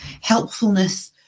helpfulness